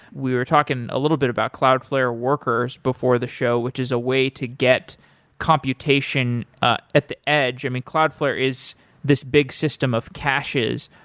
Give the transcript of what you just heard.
we were talking a little bit about cloudflare workers before the show, which is a way to get computation ah at the edge. i mean cloudflare is this big system of caches,